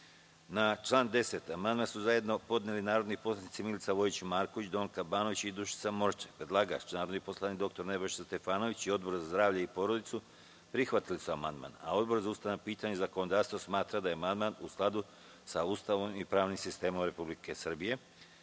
član 10. amandman su zajedno podneli narodni poslanici Milica Vojić Marković, Donka Banović i Dušica Morčev. Predlagač narodni poslanik dr Nebojša Stefanović i Odbor za zdravlje i porodicu prihvatili su amandman. Odbor za ustavna pitanja i zakonodavstvo smatra da je amandman u skladu sa Ustavom i pravnim sistemom Republike